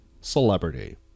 celebrity